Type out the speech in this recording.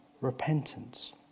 repentance